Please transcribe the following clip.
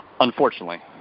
Unfortunately